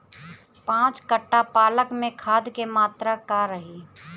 पाँच कट्ठा पालक में खाद के मात्रा का रही?